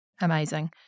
Amazing